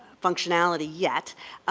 functionality yet,